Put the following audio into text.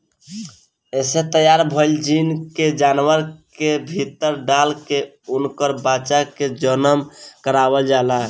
एसे तैयार भईल जीन के जानवर के भीतर डाल के उनकर बच्चा के जनम करवावल जाला